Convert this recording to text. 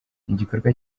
igikorwa